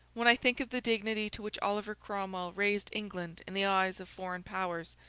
when i think of the dignity to which oliver cromwell raised england in the eyes of foreign powers,